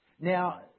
Now